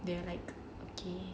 then like okay